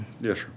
Yes